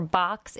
box